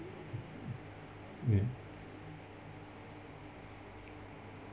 ya